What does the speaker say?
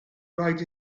rhaid